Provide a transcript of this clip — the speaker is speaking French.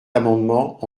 amendement